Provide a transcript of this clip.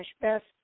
Best